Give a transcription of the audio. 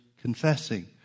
Confessing